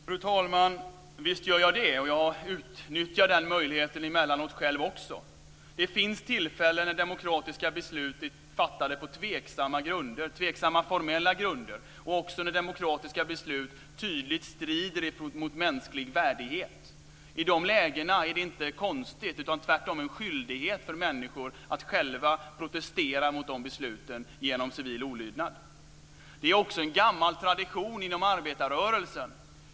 Fru talman! Visst gör jag det. Jag utnyttjar också själv den möjligheten emellanåt. Det finns tillfällen när demokratiska beslut är fattade på tveksamma formella grunder och också när demokratiska beslut tydligt strider mot mänsklig värdighet. I de lägena är det inte konstigt utan tvärtom en skyldighet för människor att själva protestera mot de besluten genom civil olydnad. Det är också en gammal tradition inom arbetarrörelsen.